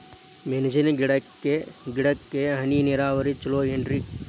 ಮೆಣಸಿನ ಗಿಡಕ್ಕ ಹನಿ ನೇರಾವರಿ ಛಲೋ ಏನ್ರಿ?